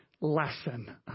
lesson